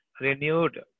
renewed